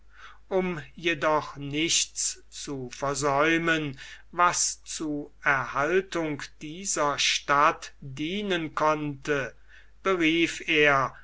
um jedoch nichts zu versäumen was zu erhaltung dieser stadt dienen konnte berief er